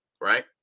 Right